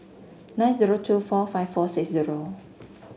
nine zero two four five four six zero